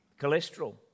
cholesterol